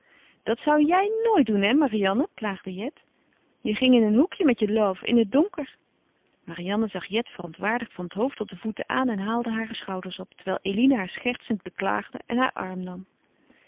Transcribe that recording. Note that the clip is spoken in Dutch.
dat zou jij nooit doen hè marianne plaagde jet je ging in een hoekje met je love in het donker marianne zag jet verontwaardigd van het hoofd tot de voeten aan en haalde hare schouders op terwijl eline haar schertsend beklaagde en haar arm nam